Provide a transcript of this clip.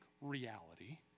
reality